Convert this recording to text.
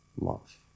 love